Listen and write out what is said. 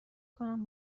کنم